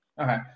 Okay